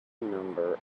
number